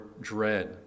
dread